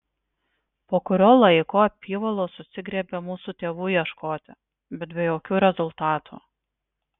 po kurio laiko apyvalos susigriebė mūsų tėvų ieškoti bet be jokių rezultatų